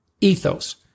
ethos